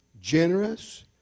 generous